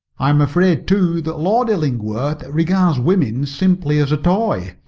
i am afraid, too, that lord illingworth regards woman simply as a toy.